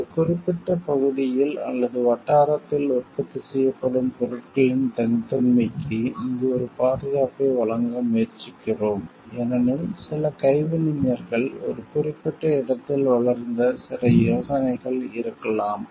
ஒரு குறிப்பிட்ட பகுதியில் அல்லது வட்டாரத்தில் உற்பத்தி செய்யப்படும் பொருட்களின் தனித்தன்மைக்கு இங்கு ஒரு பாதுகாப்பை வழங்க முயற்சிக்கிறோம் ஏனெனில் சில கைவினைஞர்கள் ஒரு குறிப்பிட்ட இடத்தில் வளர்ந்த சில யோசனைகள் இருக்கலாம்